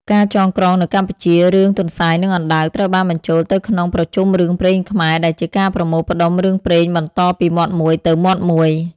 ការចងក្រងនៅកម្ពុជា រឿង ទន្សាយ និងអណ្ដើក ត្រូវបានបញ្ចូលទៅក្នុង ប្រជុំរឿងព្រេងខ្មែរ ដែលជាការប្រមូលផ្ដុំរឿងព្រេងបន្តពីមាត់មួយទៅមាត់មួយ។